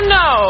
no